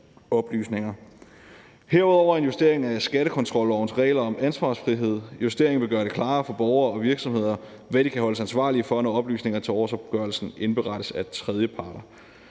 Herudover er der en justering af skattekontrollovens regler om ansvarsfrihed. Justeringen vil gøre det klarere for borgere og virksomheder, hvad de kan holdes ansvarlige for, når oplysninger til årsopgørelsen indberettes af tredjeparter.